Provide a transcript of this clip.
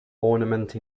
ornament